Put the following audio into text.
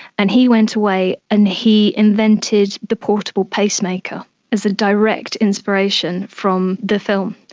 and he went away and he invented the portable pacemaker as a direct inspiration from the film.